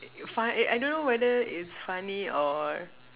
fun uh I don't know whether it's funny or